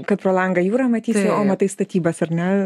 kad pro langą jūrą matysi o matai statybas ar ne